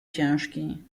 ciężki